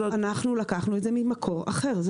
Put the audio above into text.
אנחנו לקחנו את זה ממקור אחר.